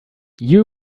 you